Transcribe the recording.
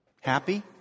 Happy